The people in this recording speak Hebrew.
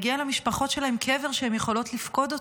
מגיע למשפחות שלהם קבר שהן יכולות לפקוד אותו,